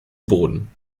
boden